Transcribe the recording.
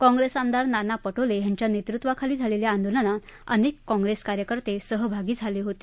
काँग्रेस आमदार नाना पटोले यांच्या नेतृत्वाखाली झालेल्या आंदोलनात अनेक काँग्रेस कार्यकर्ते सहभागी झाले होते